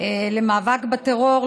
למאבק בטרור,